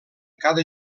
cada